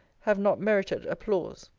have not merited applause.